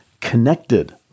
connected